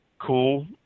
cool